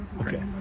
Okay